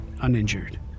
uninjured